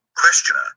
Questioner